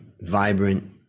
vibrant